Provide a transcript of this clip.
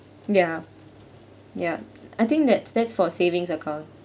ya ya I think that's that's for savings account